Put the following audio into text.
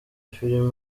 filime